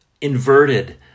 inverted